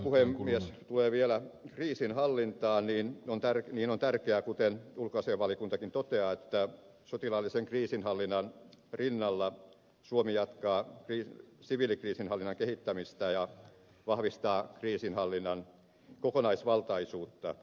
mitä puhemies tulee vielä kriisinhallintaan niin on tärkeää kuten ulkoasiainvaliokuntakin toteaa että sotilaallisen kriisinhallinnan rinnalla suomi jatkaa siviilikriisinhallinnan kehittämistä ja vahvistaa kriisinhallinnan kokonaisvaltaisuutta